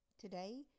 Today